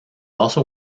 also